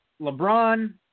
LeBron